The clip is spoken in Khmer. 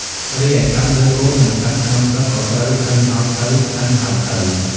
រីឯសត្វលើគោកនិងសត្វក្នុងទឹកក៏ត្រូវហិនហោចទៅៗ។